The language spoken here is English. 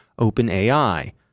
OpenAI